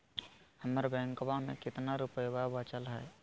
हमर बैंकवा में कितना रूपयवा बचल हई?